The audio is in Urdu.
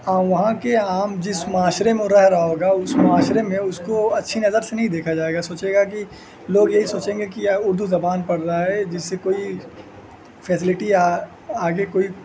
وہاں کے عام جس معاشرے میں رہ رہا ہوگا اس معاشرے میں اس کو اچھی نظر سے نہیں دیکھا جائے گا سوچے گا کہ لوگ یہی سوچیں گے کہ اردو زبان پڑھ رہا ہے جس سے کوئی فیسلٹی آ آگے کوئی